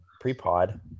pre-pod